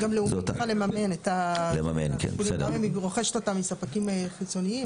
צריכה לממן את הטיפולים האלה כי היא רוכשת אותם מספקים חיצוניים.